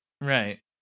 Right